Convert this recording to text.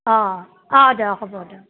অঁ অঁ অঁ দক হ'ব দক